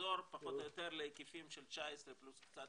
לחזור פחות או יותר להיקפים של 19' פלוס קצת